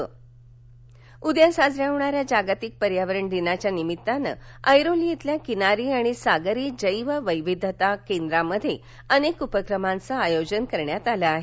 पर्यावरण दिन उद्या साजऱ्या होणाऱ्या जागतिक पर्यावरण दिनाच्या निमित्तानं ऐरोली इथल्या किनारी आणि सागरी जेव विविधता केंद्रामध्ये अनेक उपक्रमांचं आयोजन करण्यात आलं आहे